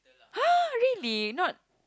!huh! really not